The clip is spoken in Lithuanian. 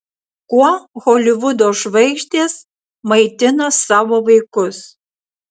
kuo holivudo žvaigždės maitina savo vaikus